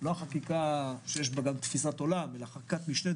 לא החקיקה שיש בה גם תפיסת עולם אלא חקיקת משנה,